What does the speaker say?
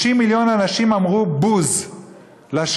60 מיליון אנשים אמרו בוז לשקרים,